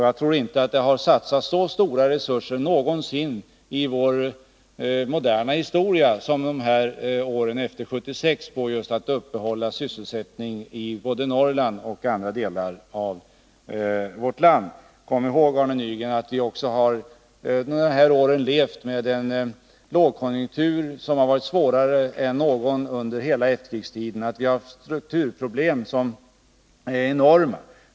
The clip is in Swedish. Jag tror inte det har satsats så stora resurser någonsin i vår moderna historia som åren efter 1976 just för att upprätthålla sysselsättningen i både Norrland och andra delar av vårt land. Kom ihåg, Arne Nygren, att vi också under de här åren har levt med en lågkonjunktur som har varit svårare än någonsin under hela efterkrigstiden. Våra strukturproblem är enorma.